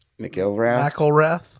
McIlrath